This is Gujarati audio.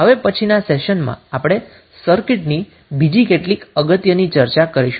હવે પછીના સેશનમાં આપણે સર્કિટની બીજી કેટલીક અગત્યની ચર્ચા કરીશું